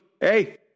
hey